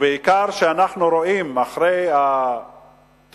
ובעיקר כשאנחנו רואים, אחרי התוצאות